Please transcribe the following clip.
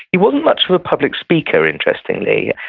he wasn't much of a public speaker, interestingly,